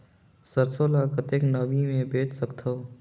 सरसो ल कतेक नमी मे बेच सकथव?